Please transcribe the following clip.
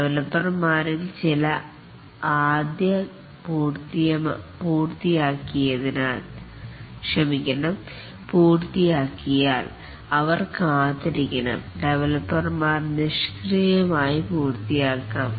ഡെവലപ്പർമാരിൽ ചിലർ ആദ്യം പൂർത്തിയാക്കിയാൽ അവർ മറ്റുള്ളവർക്കായി നിഷ്ക്രിയമായി കാത്തിരിക്കണം